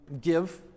Give